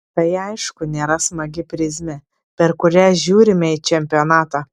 tai aišku nėra smagi prizmė per kurią žiūrime į čempionatą